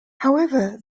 however